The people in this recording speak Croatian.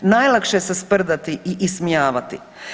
Najlakše se sprdati i ismijavati.